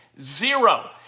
Zero